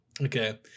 okay